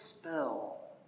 spell